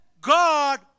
God